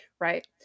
right